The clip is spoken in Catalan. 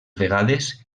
vegades